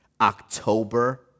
October